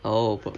oh